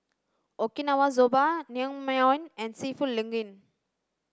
Okinawa Soba Naengmyeon and Seafood Linguine